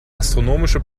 astronomische